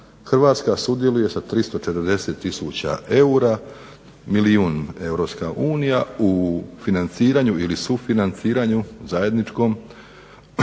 Hrvatska sudjeluje sa 340000 eura, milijun Europska unija u financiranju ili sufinanciranju zajedničkom